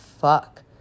fuck